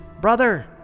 Brother